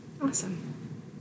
Awesome